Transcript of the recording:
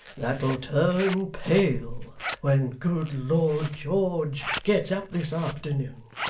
that'll turn pale when good lord george gets up this afternoon,